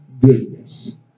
goodness